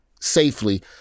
safely